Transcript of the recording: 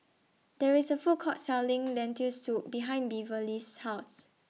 There IS A Food Court Selling Lentil Soup behind Beverly's House